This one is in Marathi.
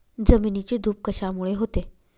जमिनीची धूप कशामुळे होते?